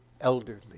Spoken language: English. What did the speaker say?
elderly